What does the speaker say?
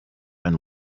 and